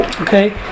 Okay